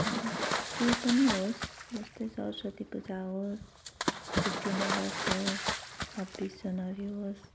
केही पनि होस् जस्तै सरस्वती पूजा होस् फिफ्टिन अगस्त होस् छब्बिस जनवरी होस्